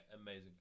amazing